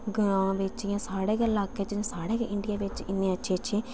ग्रां बिच्च इयां साढ़ै गै लाके च साढ़ै गै इंडिया बिच्च इन्ने अच्छे अच्छे